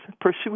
pursue